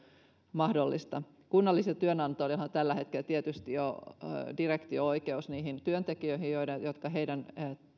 mahdollista kunnallisilla työnantajillahan on jo tällä hetkellä tietysti direktio oikeus niihin työntekijöihin jotka heidän